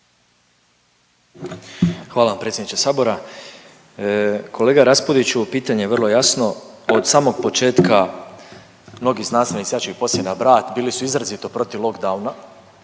Hvala vam predsjedniče Sabora. Kolega Raspudiću, pitanje vrlo jasno. Od samog početka mnogi znanstvenici, ja ću ih poslije nabrajati, bili su izrazito protiv lockdowna,